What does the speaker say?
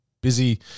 busy